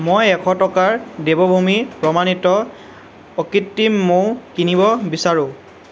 মই এশ টকাৰ দেৱভূমি প্ৰমাণিত অকৃত্ৰিম মৌ কিনিব বিচাৰোঁ